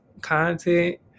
content